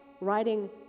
writing